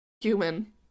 human